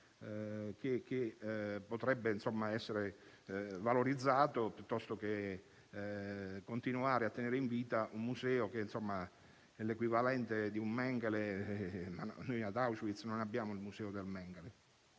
e potrebbe essere valorizzato, piuttosto che continuare a tenere in vita un museo che è l'equivalente di Mengele e si noti che ad Auschwitz non c'è un museo su Mengele.